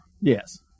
Yes